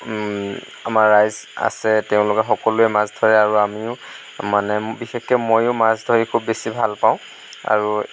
আমাৰ ৰাইজ আছে তেওঁলোকে সকলোৱে মাছ ধৰে আৰু আমিও মানে বিশেষকৈ মইও মাছ ধৰি খুব বেছি ভাল পাওঁ আৰু